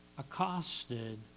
accosted